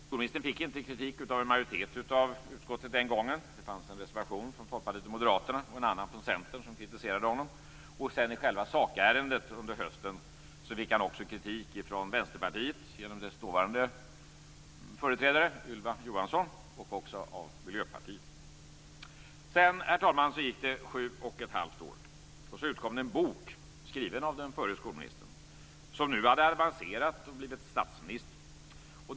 Skolministern fick inte kritik av en majoritet av utskottet den gången. Det fanns en reservation från Folkpartiet och Moderaterna och en annan från Centern som kritiserade honom. Sedan fick han också i själva sakärendet under hösten kritik från Vänsterpartiet genom dess dåvarande företrädare, Ylva Johansson, och också av Miljöpartiet. Sedan, herr talman, gick det sju och ett halvt år, och så utkom det en bok, skriven av den förre skolministern. Han hade nu avancerat och blivit statsminister.